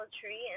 tree